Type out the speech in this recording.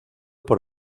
por